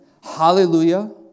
Hallelujah